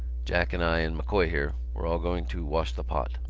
jack and i and m'coy here we're all going to wash the pot.